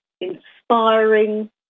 inspiring